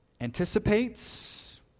anticipates